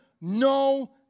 no